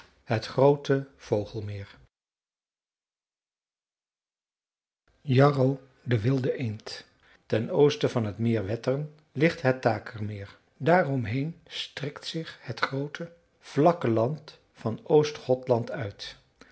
het groote vogelmeer jarro de wilde eend ten oosten van het meer wettern ligt het takermeer daaromheen strekt zich het groote vlakke land van oost gothland uit